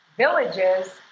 villages